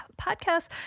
podcast